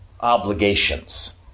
obligations